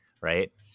right